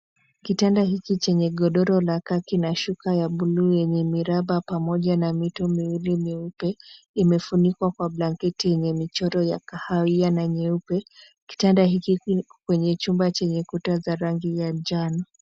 Kitanda hiki chenye godoro la kaki na shuka ya blue yenye miraba pamoja na mito miwili myeupe, imefunikwa kwa blanketi yenye michoro ya kahawia na nyeupe. Kitanda hiki kiko kwenye chumba chenye kuta za rangi ya njano.